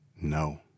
No